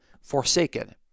forsaken